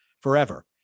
forever